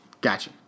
Gotcha